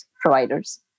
providers